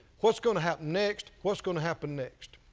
what's going to happen next? what's going to happen next?